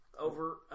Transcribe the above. Over